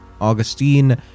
Augustine